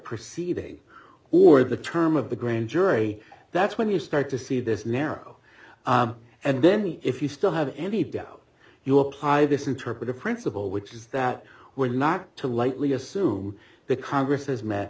proceeding or the term of the grand jury that's when you start to see this narrow and then if you still have any doubt you apply this interpretive principle which is that we're not to lightly assume the congress has m